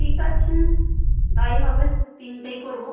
ঠিক আছে তাই হবে তিনটেই করব